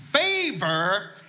favor